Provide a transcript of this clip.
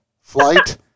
flight